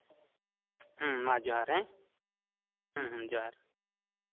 ᱦᱮᱸ ᱢᱟ ᱡᱚᱦᱟᱨ ᱦᱮᱸ ᱦᱮᱸ ᱦᱮᱸ ᱡᱚᱦᱟᱨ